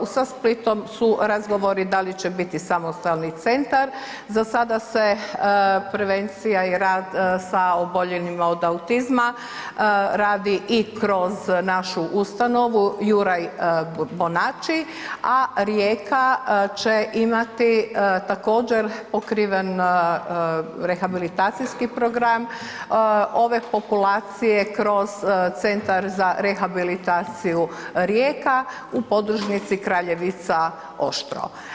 Sa Splitom su razgovori da li će biti samostalni centar, za sada se prevencija i rad sa oboljelima od autizma radi i kroz našu ustanovu Juraj Bonači, a Rijeka će imati također pokriven rehabilitaciji program ove populacije kroz Centar za rehabilitaciju Rijeka u podružnici Kraljevica Oštro.